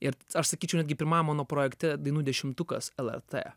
ir aš sakyčiau netgi pirmajam mano projekte dainų dešimtukas lrt